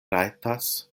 rajtas